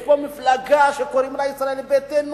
יש פה מפלגה שקוראים לה ישראל ביתנו,